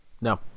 No